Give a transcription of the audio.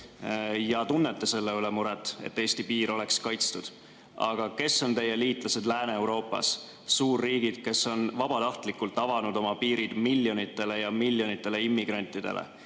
ja tunnete selle pärast muret, et Eesti piir oleks kaitstud. Aga kes on teie liitlased Lääne-Euroopas? Suurriigid, kes on vabatahtlikult avanud oma piirid miljonitele ja miljonitele immigrantidele.